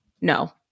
No